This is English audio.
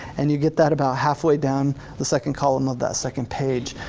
and you get that about halfway down the second column of that second page.